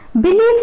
Beliefs